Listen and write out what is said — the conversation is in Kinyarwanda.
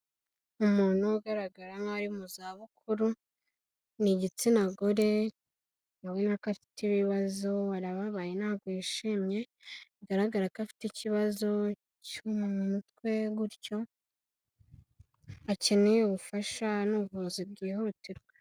Umuntu ugaragara nkaho ari mu zabukuru, ni igitsina gore urabona ko afite ibibazo arababaye ntabwo yishimye, bigaragara ko afite ikibazo cyo mutwe gutyo, akeneye ubufasha n'ubuvuzi bwihutirwa.